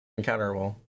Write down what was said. encounterable